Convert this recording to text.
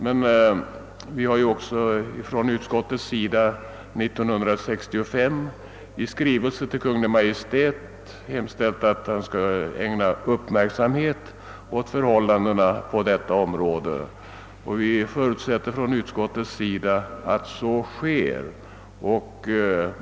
Men riksdagen har ju också 1965 i skrivelse till Kungl. Maj:t hemställt att Kungl. Maj:t skall ägna uppmärksamhet åt förhållandena på detta område, och vi förutsätter från utskottets sida att så sker.